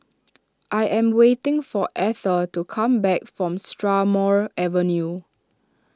I am waiting for Etter to come back from Strathmore Avenue